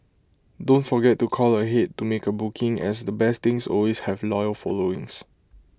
don't forget to call ahead to make A booking as the best things always have loyal followings